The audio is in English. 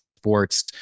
sports